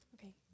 okay